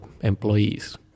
employees